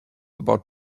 about